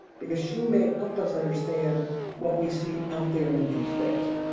because she may help us understand what we see out there in deep space.